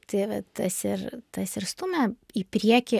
tai vat tas ir tas ir stumia į priekį